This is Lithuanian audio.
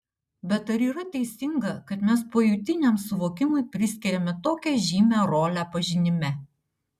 bet ar yra teisinga kad mes pojūtiniam suvokimui priskiriame tokią žymią rolę pažinime